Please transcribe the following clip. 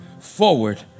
forward